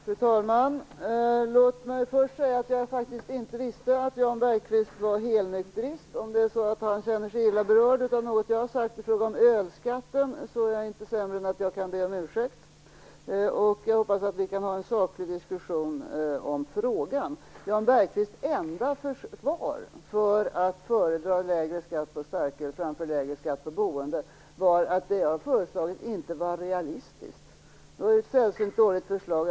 Fru talman! Låt mig först tala om att jag faktiskt inte visste att Jan Bergqvist är helnykterist. Känner han sig illa berörd av något jag har sagt i fråga om ölskatten är jag inte sämre än att jag kan be om ursäkt. Jag hoppas att vi kan föra en saklig diskussion om frågan. Jan Bergqvists enda försvar för att föredra lägre skatt på starköl framför lägre skatt på boende är att det jag föreslagit inte är realistiskt. Det är ett sällsynt dåligt försvar.